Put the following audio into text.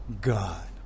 God